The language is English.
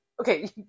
Okay